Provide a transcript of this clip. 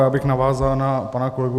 Já bych navázal na pana kolegu.